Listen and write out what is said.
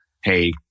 hey